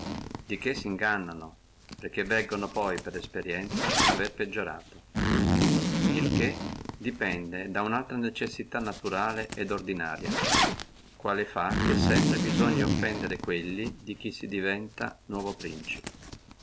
di che singannono perché veggono poi per esperienzia avere peggiorato il che depende da unaltra necessità naturale et ordinaria quale fa che sempre bisogni offendere quelli di chi si diventa nuovo principe